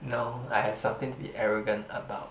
no I have something to be arrogant about